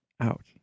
out